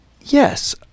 Yes